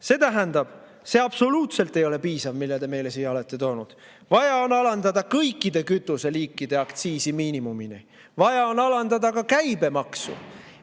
See tähendab, et see absoluutselt ei ole piisav, mille te meile siia olete toonud. Vaja on alandada kõikide kütuseliikide aktsiisi miinimumini. Vaja on alandada ka käibemaksu,